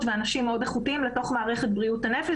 ואנשים מאוד איכותיים לתוך מערכת בריאות הנפש.